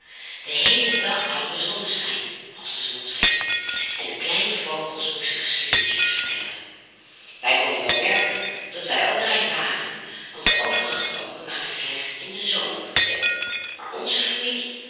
den heelen dag hadden we zonneschijn als de zon scheen en de kleine vogels moesten geschiedenisjes vertellen wij konden wel merken dat wij ook rijk waren want de overige boomen waren slechts in den zomer bekleed maar onze familie